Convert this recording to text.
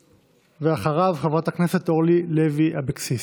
ואחריו, חברת הכנסת אורלי לוי אבקסיס.